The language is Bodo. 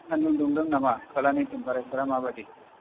सान्दुं दुंदों नामा खोलानि टेम्पारेसारा माबायदि